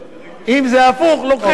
לוקחים ממנו.